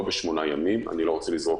אנחנו לא בשמונה ימים אני לא רוצה לזרוק